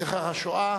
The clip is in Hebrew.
זכר השואה